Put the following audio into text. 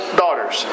daughters